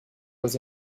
was